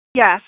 Yes